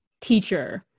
teacher